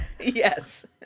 yes